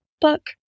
book